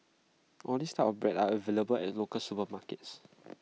all these types of bread are available at local supermarkets